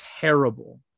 terrible